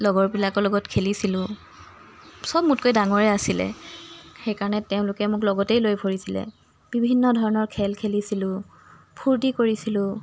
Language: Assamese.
লগৰবিলাকৰ লগত খেলিছিলোঁ সব মোতকৈ ডাঙৰেই আছিলে সেইকাৰণে তেওঁলোকে মোক লগতেই লৈ ফুৰিছিলে বিভিন্ন ধৰণৰ খেল খেলিছিলোঁ ফুৰ্তি কৰিছিলোঁ